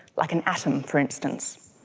like an atom for instance.